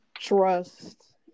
trust